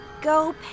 Go